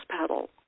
pedal